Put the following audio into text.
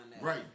Right